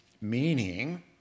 meaning